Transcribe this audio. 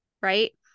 right